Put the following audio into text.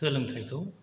सोलोंथाइखौ